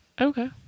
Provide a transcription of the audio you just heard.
Okay